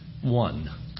One